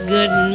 Good